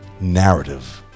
narrative